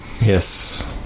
Yes